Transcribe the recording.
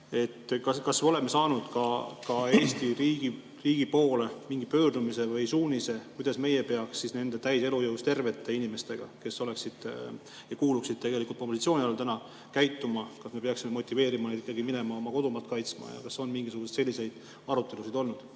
Kas me oleme saanud ka Eesti riigi poole mingi pöördumise või suunise, kuidas meie peaks nende täies elujõus tervete inimestega, kes kuuluksid mobilisatsiooni alla, käituma? Kas me peaksime motiveerima neid ikkagi minema oma kodumaad kaitsma? Kas on mingisuguseid selliseid arutelusid olnud?